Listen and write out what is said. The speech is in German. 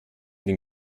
den